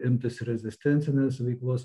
imtis rezistencinės veiklos